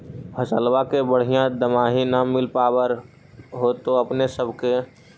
फसलबा के बढ़िया दमाहि न मिल पाबर होतो अपने सब के?